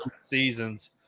seasons